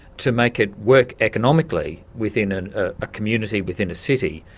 to make it work economically within ah a community within a city,